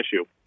issue